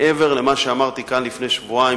מעבר למה שאמרתי כאן לפני שבועיים